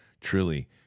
truly